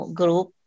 group